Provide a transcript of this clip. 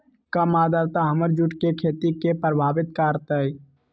कम आद्रता हमर जुट के खेती के प्रभावित कारतै?